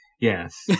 Yes